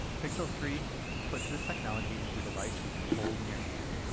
pixel three puts this technology into a device you can hold in your hand.